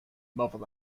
muffled